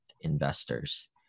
investors